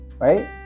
right